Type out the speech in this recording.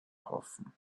hoffen